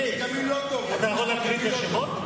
אתה יכול להקריא את השמות?